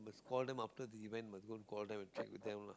call them after the event must go and call them and check with them lah